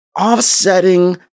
offsetting